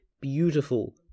beautiful